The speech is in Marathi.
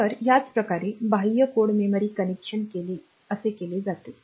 तर ह्याचप्रकारे बाह्य कोड मेमरी कनेक्शन असे केले जाते